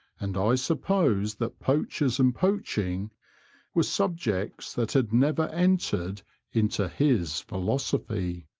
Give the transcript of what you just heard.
and i suppose that poachers and poaching were subjects that had never entered into his philosophy.